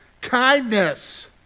Kindness